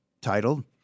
titled